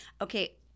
Okay